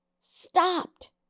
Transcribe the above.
stopped